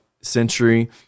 century